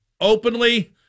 openly